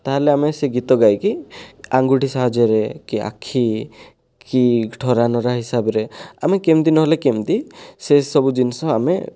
ତା'ହେଲେ ଆମେ ସେ ଗୀତ ଗାଇକି ଆଙ୍ଗୁଠି ସାହାଯ୍ୟରେ କି ଆଖି କି ଠରା ନରା ହିସାବରେ ଆମେ କେମିତି ନହେଲେ କେମିତି ସେସବୁ ଜିନିଷ ଆମେ